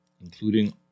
including